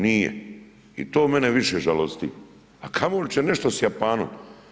Nije i to mene više žalosti, a kamoli će nešto s Japanom.